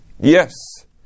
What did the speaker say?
Yes